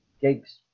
gigs